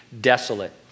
desolate